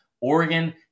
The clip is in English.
Oregon